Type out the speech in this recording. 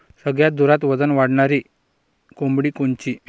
सगळ्यात जोरात वजन वाढणारी कोंबडी कोनची?